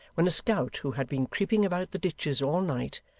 when a scout who had been creeping about the ditches all night,